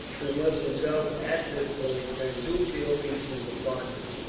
who was himself at this point, turned two field pieces upon them,